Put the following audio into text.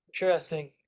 Interesting